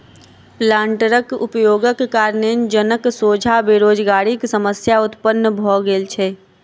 प्लांटरक उपयोगक कारणेँ जनक सोझा बेरोजगारीक समस्या उत्पन्न भ गेल छै